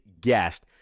guest